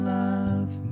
love